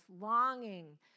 longing